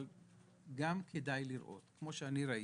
אבל כדאי לראות, כמו שאני ראיתי,